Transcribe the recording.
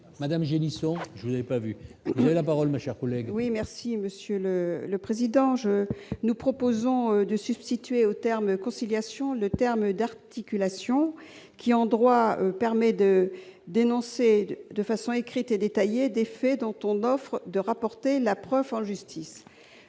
Madame Génisson, je n'ai pas vu la parole, ma chère collègue. Oui, merci Monsieur le le président je, nous proposons de substituer au terme conciliation le terme d'articulation qui endroit permet de dénoncer de façon écrite et détaillée des faits dont on offre de rapporter la preuve en justice,